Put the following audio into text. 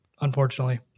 unfortunately